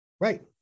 Right